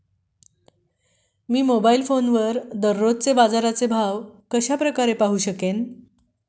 मी mobile फोनवर दररोजचे बाजाराचे भाव कशा प्रकारे पाहू शकेल?